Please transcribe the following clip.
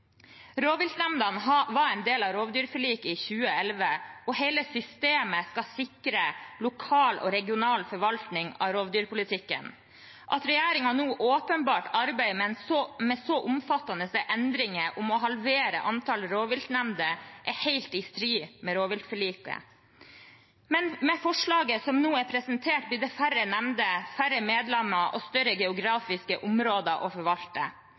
var en del av rovdyrforliket i 2011, og hele systemet skal sikre lokal og regional forvaltning av rovdyrpolitikken. At regjeringen nå åpenbart arbeider med så omfattende endringer og må halvere antallet rovviltnemnder, er helt i strid med rovviltforliket. Med forslaget som nå er presentert, blir det færre nemnder, færre medlemmer og større geografiske områder å forvalte.